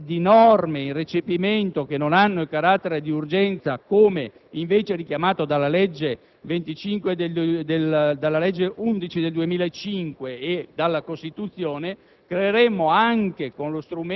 - norme in recepimento che non hanno carattere di urgenza (come richiamato invece dalla legge n. 11 del 2005 e dalla Costituzione),